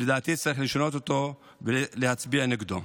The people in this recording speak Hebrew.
ולדעתי צריך לשנות אותו ולהצביע נגדו.